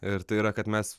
ir tai yra kad mes